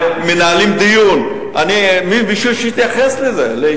מנהלים דיון, אתה יכול לתקוף את הממשלה על זה שאין